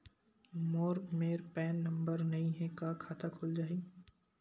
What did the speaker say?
मोर मेर PAN number नई हे का खाता खुल जाही?